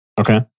okay